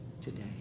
today